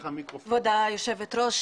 כבוד היושבת ראש,